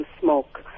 smoke